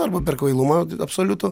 arba per kvailumą absoliutų